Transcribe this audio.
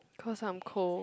cause I'm cold